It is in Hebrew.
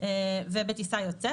ובטיסה יוצאת.